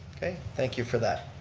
okay, thank you for that.